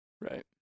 Right